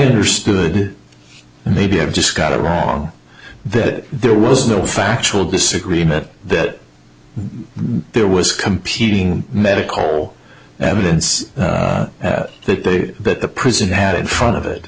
understood and maybe i've just got it wrong that there was no factual disagreement that there was competing medical evidence that the that the prison had in front of it